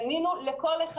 ענינו לכל אחד.